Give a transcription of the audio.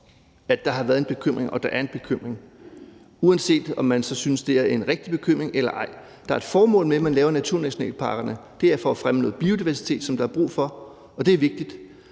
at der har været og er en bekymring, uanset om man så synes, det er en rigtig bekymring eller ej. Der er et formål med, at man laver naturnationalparkerne, og det er for at fremme noget biodiversitet, som der er brug for, og det er vigtigt.